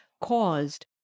caused